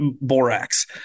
borax